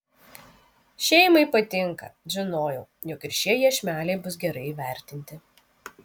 šeimai patinka žinojau jog ir šie iešmeliai bus gerai įvertinti